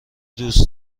دوست